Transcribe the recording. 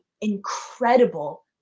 incredible